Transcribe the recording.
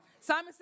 Simon